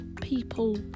people